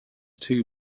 too